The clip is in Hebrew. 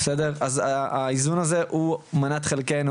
אז האיזון הזה הוא מנת חלקנו,